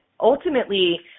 ultimately